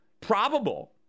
probable